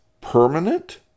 permanent